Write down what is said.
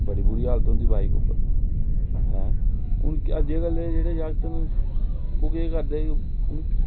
बड़ी बुरी हालत होंदी बाईक उप्पर हुन अज्जै कल्लै दे जेह्डे जाक्त न ओह् केह् करदे कि